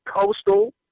Coastal